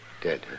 Dead